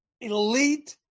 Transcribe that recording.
elite